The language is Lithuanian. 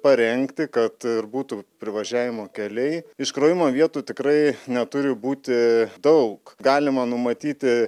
parengti kad ir būtų privažiavimo keliai iškrovimo vietų tikrai neturi būti daug galima numatyti